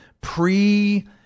Pre